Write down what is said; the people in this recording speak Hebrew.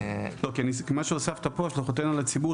כי מה שהוספת פה: "השלכותיהן על הציבור,